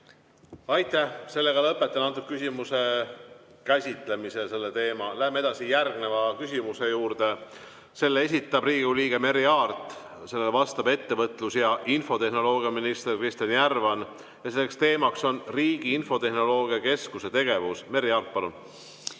Aitäh! Lõpetan selle küsimuse käsitlemise ja selle teema. Läheme edasi järgmise küsimuse juurde. Selle esitab Riigikogu liige Merry Aart, vastab ettevõtlus- ja infotehnoloogiaminister Kristjan Järvan ja teemaks on riigi infotehnoloogiakeskuse tegevus. Merry Aart, palun!